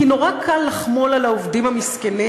כי נורא קל לחמול על העובדים המסכנים